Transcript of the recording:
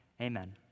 amen